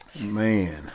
Man